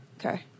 Okay